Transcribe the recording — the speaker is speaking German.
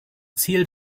ziel